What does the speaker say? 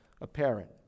apparent